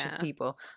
people